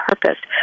purpose